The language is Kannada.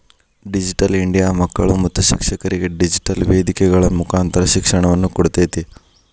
ಡಿಜಿಟಲ್ ಇಂಡಿಯಾ ಮಕ್ಕಳು ಮತ್ತು ಶಿಕ್ಷಕರಿಗೆ ಡಿಜಿಟೆಲ್ ವೇದಿಕೆಗಳ ಮುಕಾಂತರ ಶಿಕ್ಷಣವನ್ನ ಕೊಡ್ತೇತಿ